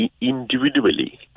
individually